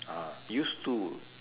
ah used to